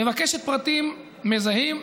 מבקשת פרטים מזהים,